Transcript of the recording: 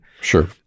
sure